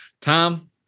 Tom